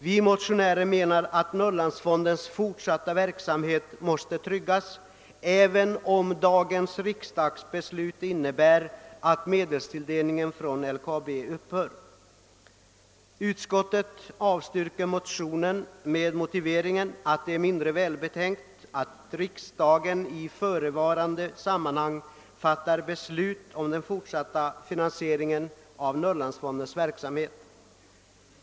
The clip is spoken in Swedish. Vi motionärer menar att Norrlandsfondens fortsatta verksamhet måste tryggas, även om dagens riksdagsbeslut in; nebär att medelstilldelningen från LKAB upphör. Utskottet avstyrker motionen med motiveringen att det är mindre välbetänkt att riksdagen i förevarande sammanhang fattar beslut om den fortsatta finansieringen av Norrlandsfondens verksamhet.